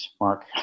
Mark